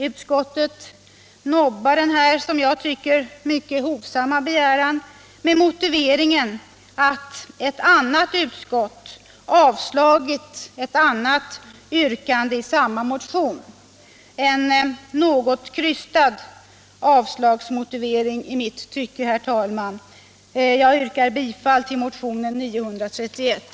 Utskottet nobbar denna, som jag tycker mycket hovsamma, begäran med motiveringen att ett annat utskott avslagit ett annat yrkande i samma motion — en något krystad avslagsmotivering i mitt tycke. Herr talman! Jag yrkar bifall till motionen 931.